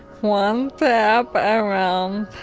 one tab around